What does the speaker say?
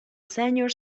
senior